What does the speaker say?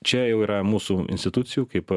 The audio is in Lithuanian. čia jau yra mūsų institucijų kaip